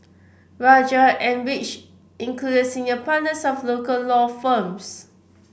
rajah and which included senior partners of local law firms